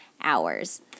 hours